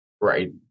Right